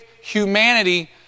humanity